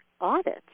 audits